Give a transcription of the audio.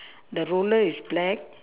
the roller is black